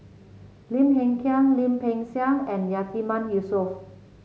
Lim Hng Kiang Lim Peng Siang and Yatiman Yusof